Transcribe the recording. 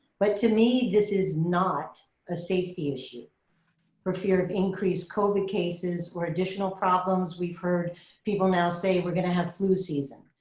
but to me, this is not a safety issue for fear of increased covid cases or additional problems we've heard people now say, we're gonna have flu season.